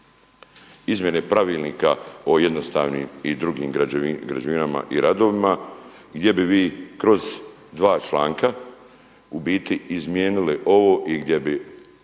izmjene Pravilnika o jednostavnim i drugim građevinama i radovima gdje bi vi kroz dva članka u biti izmijenili ovo i gdje bi